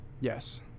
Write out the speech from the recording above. Yes